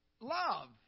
Love